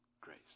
grace